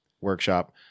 workshop